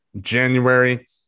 January